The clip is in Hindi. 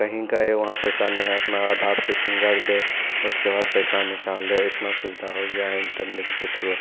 कहीं गए वहां पैसा नहीं है अपना आधार से फिंगर दे उसके बाद पैसा निकाल दे इतना सुविधा हो गया है इंटरनेट के थ्रु